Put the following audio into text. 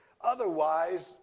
Otherwise